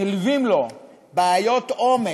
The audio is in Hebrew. נלוות לו בעיות עומק,